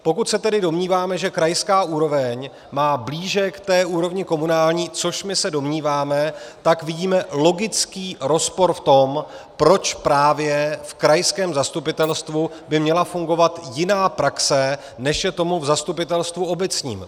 Pokud se tedy domníváme, že krajská úroveň má blíže k úrovni komunální, což my se domníváme, tak vidíme logický rozpor v tom, proč právě v krajském zastupitelstvu by měla fungovat jiná praxe, než je tomu v zastupitelstvu obecním.